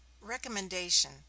Recommendation